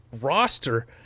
roster